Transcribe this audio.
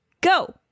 Go